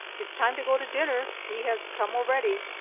it's time to go to dinner! he has come already.